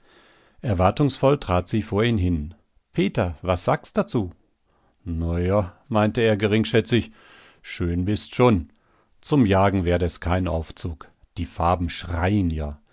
erwartungsvoll trat sie vor ihn hin peter was sagst dazu no ja meinte er geringschätzig schön bist schon zum jagen wär das kein aufzug die farben schreien ja